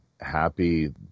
happy